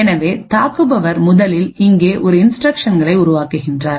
எனவே தாக்குபவர் முதலில் இங்கே ஒருஇன்ஸ்டிரக்க்ஷன்களை உருவாக்குவார்